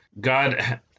God